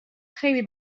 خیلی